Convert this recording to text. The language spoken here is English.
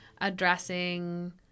addressing